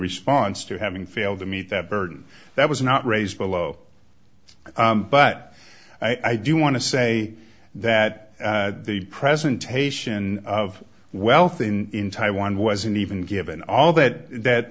response to having failed to meet that burden that was not raised below but i do want to say that the presentation of wealth in taiwan wasn't even given all that